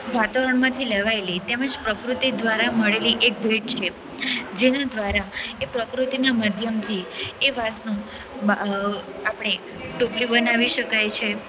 વાતાવરણમાંથી લેવાયેલી તેમજ પ્રકૃતિ દ્વારા મળેલી એક ભેટ છે જેના દ્વારા એ પ્રકૃતિના માધ્યમથી એ વાંસનો આપણે ટોપી બનાવી શકાય છે